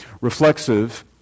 Reflexive